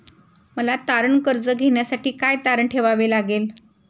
मला तारण कर्ज घेण्यासाठी काय तारण ठेवावे लागेल?